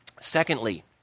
Secondly